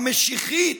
המשיחית,